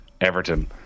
Everton